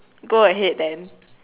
go ahead then